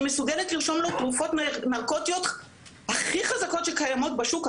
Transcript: והיא מסוגלת לרשום לו תרופות נרקוטיות הכי חזקות שקיימות בשוק,